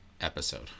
episode